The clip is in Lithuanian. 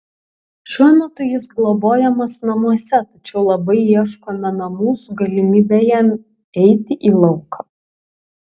šiuo metu jis globojamas namuose tačiau labai ieškome namų su galimybe jam eiti į lauką